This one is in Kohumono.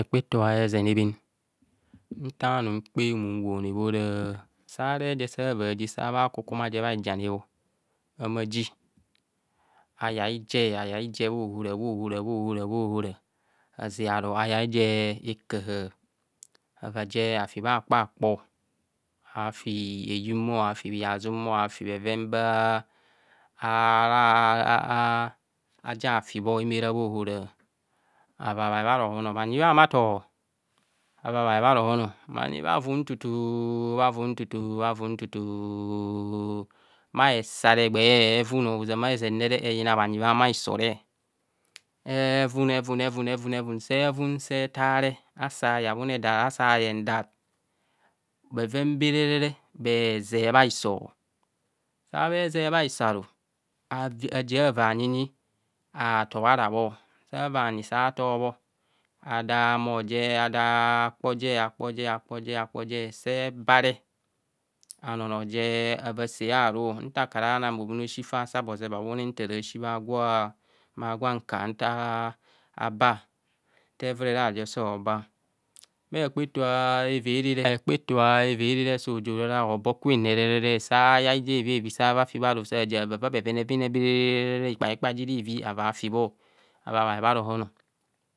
Hekpaeto ezen ebhen nta anumkpa mu owone bho ora saa rep je sa raa ji sa bha kukuma je bhaijani bho ama ji, oyai je, ayai je bhaohara, bhaohora, bhaaha bhaohora, aza ara oyai je akahaa, avaa je afi bha kpakpo, afi eyum bho, afi bhihazum bho, afi bheven baa baa baa a a, aja fi bho ma ra bha ohoro, avaa bae bha rohon, bhanyi bhama tọ bhanyi bha vun tutu bha run tutu, bhae sare egbee, ozama ezen re eyina bhanyi re, evun evun, evun, evun, se evun se taa re sa yeng awune asa yeng that uheven baa re bee zet bhaiso. Sa bee zet bhaiso aru ajieng ava bhanyinyi a tobhara bho, savaa bhanyi sa tọ ada kpo je, akpo je, akpo je, akpo je se ba re anono je ava seo ru nta kara nang bhoven aoshi fa saa bho zep awune nta ra shi bha gwo anka nta ba nta ewurere ajo sọạ ba, bha hekpeto erere re hekpeto evere rei so zo rara hobo kwen re re re, sa yai je evieri saa va fi bho anu sa va vava bhevene vene bha re ikpaikpa ji re ivvii avaa fi bho ava bae bha rohon.